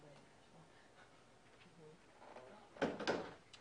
לכולם ותודה